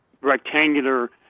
rectangular